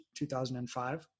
2005